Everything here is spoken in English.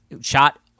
shot